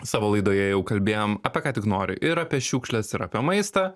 savo laidoje jau kalbėjom apie ką tik nori ir apie šiukšles ir apie maistą